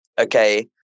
Okay